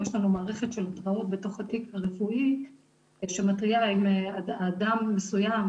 יש לנו מערכת של התראות בתוך התיק הרפואי שמתריעה אם אדם מסוים,